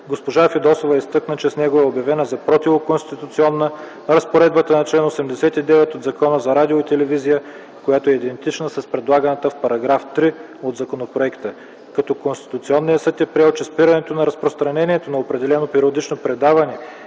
госпожа Фидосова изтъкна, че с него е обявена за противоконституционна разпоредбата на чл. 89 от отменения Закон за радиото и телевизията, която е идентична с предлаганата с § 3 от законопроекта, като Конституционният съд е приел, че спирането на разпространението на определено периодично предаване